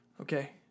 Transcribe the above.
okay